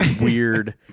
weird